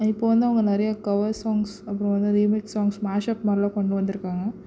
இப்போ வந்து அவங்க நிறையா கவர் சாங்ஸ் அப்புறம் வந்து ரீமெக் சாங்ஸ் மேஷ்அப் மாதிரிலாம் கொண்டு வந்திருக்காங்க